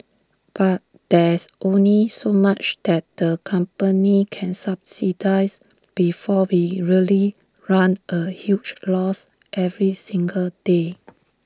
but there's only so much that the company can subsidise before we really run A huge loss every single day